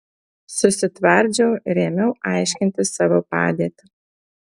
susitvardžiau ir ėmiau aiškinti savo padėtį